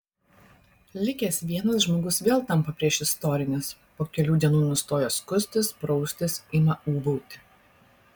likęs vienas žmogus vėl tampa priešistorinis po kelių dienų nustoja skustis praustis ima ūbauti